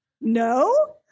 No